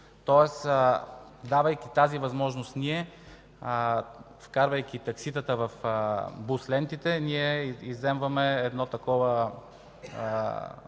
Тоест, давайки тази възможност – вкарвайки такситата в бус лентите, ние изземваме една такава